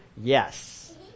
Yes